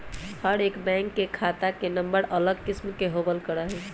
हर एक बैंक के खाता के नम्बर अलग किस्म के होबल करा हई